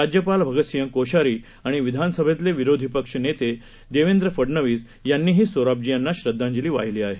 राज्यपाल भगतसिंग कोश्यारी आणि विधानसभेतले विरोधी पक्ष नेते देवेंद्र फडनवीस यांनीही सोराबजी यांना श्रद्धांजली वाहिली आहे